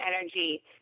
energy